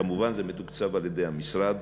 כמובן, זה מתוקצב על-ידי המשרד.